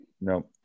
No